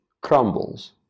crumbles